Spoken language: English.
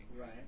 Right